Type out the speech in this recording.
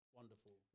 wonderful